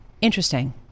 Interesting